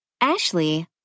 Ashley